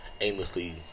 aimlessly